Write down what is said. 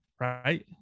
right